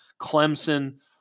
Clemson